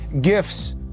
Gifts